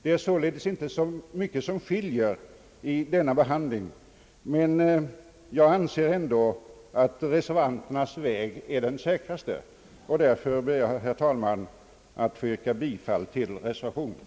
Det är således inte mycket som skiljer, men jag anser att reservanternas väg är den säkraste. Jag ber därför, herr talman, att få yrka bifall till reservationen.